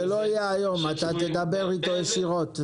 זה לא יהיה היום, אתה תדבר אתו ישירות.